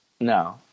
no